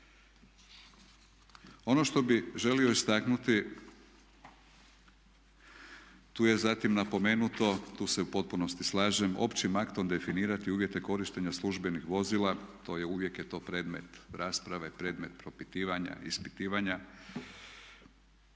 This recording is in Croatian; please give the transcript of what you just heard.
Ono što bih želio istaknuti tu je zatim napomenuto, tu se u potpunosti slažem općim aktom definirati uvjete korištenja službenih vozila. To je, uvijek je to predmet rasprave, predmet propitivanja, ispitivanja.